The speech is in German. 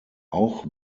auch